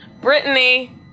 Brittany